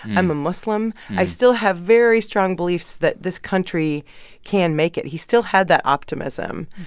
i'm a muslim. i still have very strong beliefs that this country can make it. he still had that optimism.